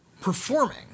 performing